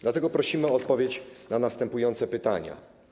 Dlatego prosimy o odpowiedź na następujące pytania.